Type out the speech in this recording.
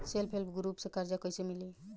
Self help group से कर्जा कईसे मिली?